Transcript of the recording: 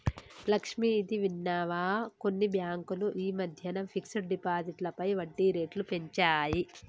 లక్ష్మి, ఇది విన్నావా కొన్ని బ్యాంకులు ఈ మధ్యన ఫిక్స్డ్ డిపాజిట్లపై వడ్డీ రేట్లు పెంచాయి